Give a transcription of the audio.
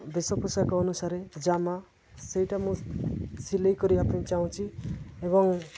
ବେଶ ପୋଷାକ ଅନୁସାରେ ଜାମା ସେଇଟା ମୁଁ ସିଲେଇ କରିବା ପାଇଁ ଚାହୁଁଛି ଏବଂ